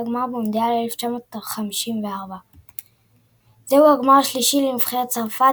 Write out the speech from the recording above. הגמר במונדיאל 1958. זהו גמר שלישי לנבחרת צרפת,